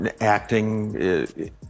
acting